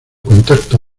contacto